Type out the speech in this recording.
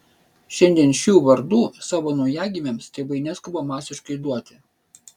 šiandien šių vardų savo naujagimiams tėvai neskuba masiškai duoti